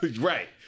Right